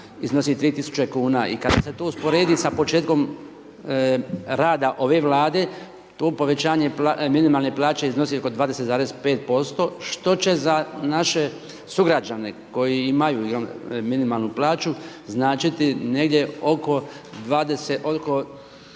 iznosi 3.000 kuna i kad se to usporedi s početkom rada ove Vlade to povećanje minimalne plaće iznosi oko 20,5% što će za naše sugrađane koji imaju jel minimalnu plaću značiti negdje oko 2